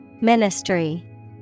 Ministry